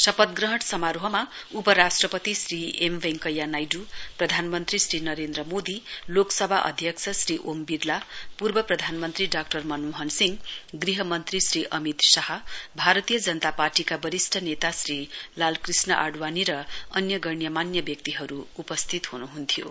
शपथ ग्रहण समारोहमा उपराष्ट्रपति श्री एम वेकैया नाइपू प्रधानमन्त्री श्री नरेन्द्र मोदी लोकसभा अध्यक्ष श्री ओम विरला पूर्व प्रधानमन्त्री ाक्टर मनमोहन सिंह गृह मन्त्री श्री अमित शाह भारतीय जनता पार्टीका बरिष्ट नेता श्री लालकृष्ण आ वाणी र अन्य गण्यमान्य व्यक्तिहरू उपस्थित हुनुहन्थ्यो